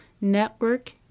network